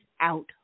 out